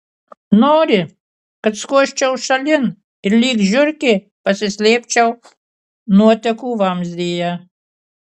nori kad skuosčiau šalin ir lyg žiurkė pasislėpčiau nuotekų vamzdyje